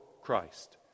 Christ